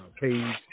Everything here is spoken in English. page